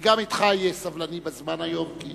גם אתך אהיה סבלני בזמן היום, כי